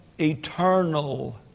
Eternal